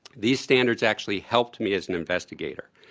these standards actually helped me as an investigator,